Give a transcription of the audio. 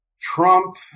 Trump